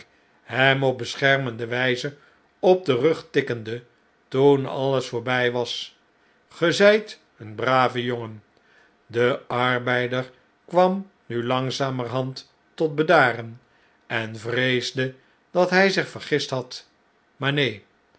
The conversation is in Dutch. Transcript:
hem op beschermende wjjze op den rug tikkende toen alles voorbij was ge zijt een brave jongen de arbeider kwam nu langzamerhand tot bedaren en vreesde dat hjj zich vergist had maar neen